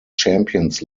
champions